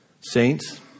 Saints